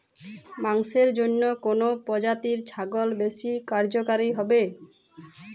মাংসের জন্য কোন প্রজাতির ছাগল বেশি কার্যকরী হবে?